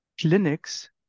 clinics